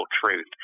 truth